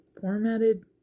formatted